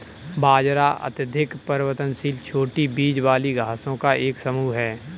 बाजरा अत्यधिक परिवर्तनशील छोटी बीज वाली घासों का एक समूह है